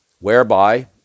whereby